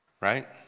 Right